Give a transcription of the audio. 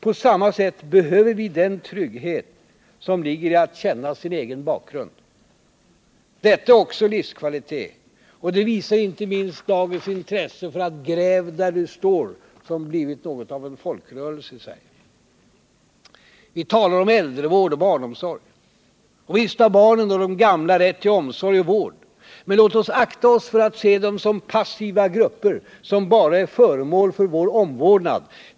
På samma sätt behöver vi den trygghet som ligger i att känna sin egen bakgrund. Detta är också livskvalitet. Det visar inte minst dagens intresse för att ”gräva där du står”, som blivit något av en folkrörelse i Sverige. Vi talar om äldrevård och vi talar om barnomsorg. Visst har barnen och de gamla rätt till omsorg och vård. Men låt oss akta oss för att se på dem som passiva grupper, som bara är föremål för vår omvårdnad.